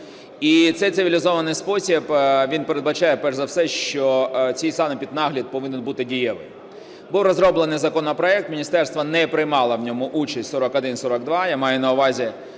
І цей цивілізований спосіб, він передбачає перш за все, що цей санепіднагляд повинен бути дієвим. Був розроблений законопроект – міністерство не приймало в ньому участь – 4142, я маю на увазі,